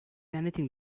anything